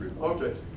Okay